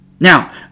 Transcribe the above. Now